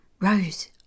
Rose